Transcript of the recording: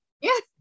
yes